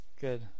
Good